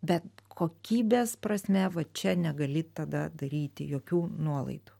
bet kokybės prasme va čia negali tada daryti jokių nuolaidų